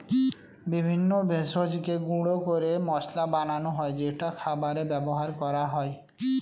বিভিন্ন ভেষজকে গুঁড়ো করে মশলা বানানো হয় যেটা খাবারে ব্যবহার করা হয়